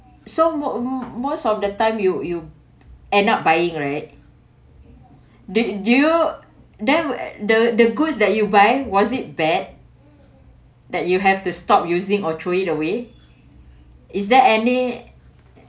so what mo~ most of the time you you end up buying right they do you that will at the the goods that you buy was it bad that you have to stop using or throw it away is there any